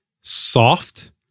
soft